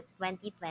2020